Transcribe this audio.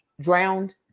drowned